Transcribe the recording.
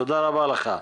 תודה רבה לך.